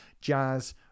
jazz